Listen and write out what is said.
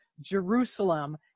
Jerusalem